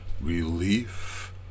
Relief